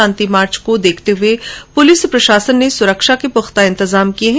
शांति march को देखते हुए पुलिस प्रशासन ने सुरक्षा के पुख्ता इन्तजाम किए है